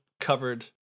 covered